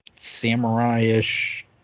Samurai-ish